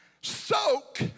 soak